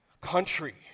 country